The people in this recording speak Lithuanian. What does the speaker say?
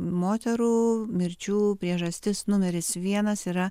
moterų mirčių priežastis numeris vienas yra